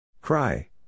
Cry